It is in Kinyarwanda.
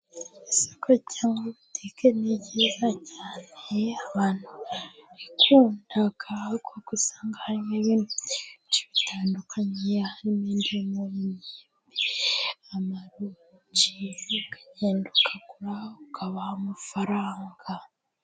Isoko cyangwa butike ni byiza cyane, abantu barabikunda kuko usanga harimo ibintu byinshi bitandukanye. Hari indimu, amaronji, ubundi ukagenda ukagura, ukabaha amafaranga.